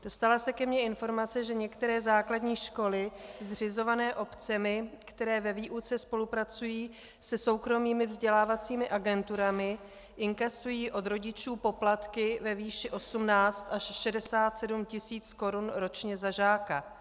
Dostala se ke mně informace, že některé základní školy zřizované obcemi, které ve výuce spolupracují se soukromými vzdělávacími agenturami, inkasují od rodičů poplatky ve výši 18 až 67 tisíc korun ročně za žáka.